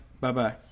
Bye-bye